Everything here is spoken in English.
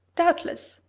doubtless!